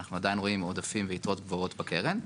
אנחנו עדיין רואים עודפים ויתרות גבוהות בקרן.